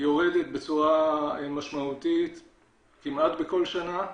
יורדת בצורה משמעותית כמעט בכל שנה,